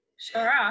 Sure